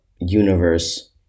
universe